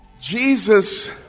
Jesus